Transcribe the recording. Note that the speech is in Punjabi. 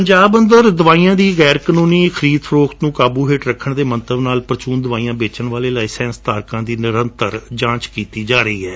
ਪੰਜਾਬ ਅੰਦਰ ਦਵਾਈਆਂ ਦੀ ਗੈਰ ਕਾਨੂੰਨੀ ਖਰੀਦ ਫਰੋਖਤ ਨੂੰ ਕਾਬੂ ਹੇਠ ਰੱਖਣ ਦੇ ਮੰਤਵ ਨਾਲ ਪ੍ਰਚੁਨ ਦਵਾਈਆਂ ਬੇਚਣ ਵਾਲੇ ਲਾਈਸੈਂਸ ਧਾਰਕਾਂ ਦੀ ਨਿਰੰਤਰ ਪੜਤਾਲ ਕੀਤੀ ਜਾ ਰਹੀ ਹੈ